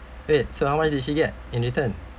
wait so how much did she get in return